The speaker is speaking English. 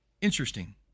Interesting